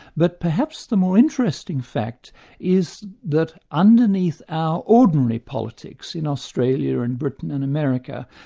but perhaps the more interesting fact is that underneath our ordinary politics in australia and britain and america,